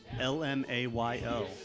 L-M-A-Y-O